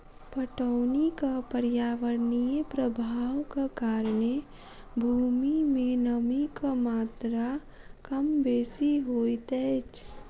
पटौनीक पर्यावरणीय प्रभावक कारणेँ भूमि मे नमीक मात्रा कम बेसी होइत अछि